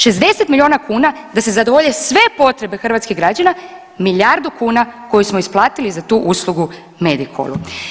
60 miliona kuna da se zadovolje sve potrebe hrvatskih građana, milijardu kuna koje smo isplatili za tu uslugu Medikolu.